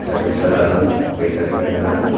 गारि फिसा लादों बेटारि गारि लादों